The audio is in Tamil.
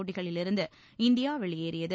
போட்டிகளிலிருந்து இந்தியா வெளியேறியது